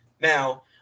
Now